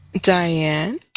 Diane